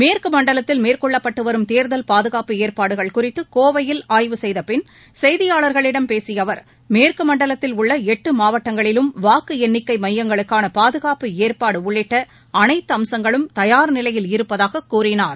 மேற்கு மண்டலத்தில் மேற்கொள்ளப்பட்டு வரும் தேர்தல் பாதுகாப்பு ஏற்பாடுகள் குறித்து கோவையில் ஆய்வு செய்தபின் செய்தியாளர்களிடம் பேசிய அவர் மேற்கு மண்டலத்தில் உள்ள எட்டு மாவட்டங்களிலும் வாக்கு எண்ணிக்கை மையங்களுக்கான பாதுகாப்பு ஏற்பாடு உள்ளிட்ட அனைத்து அம்சங்களும் தயார்நிலையில் இருப்பதாக கூறினார்